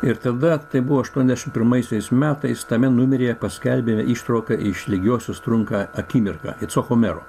ir tada tai buvo aštuoniasdešimt pirmaisiais metais tame numeryje paskelbė ištrauką iš lygiosios trunka akimirką icchoko mero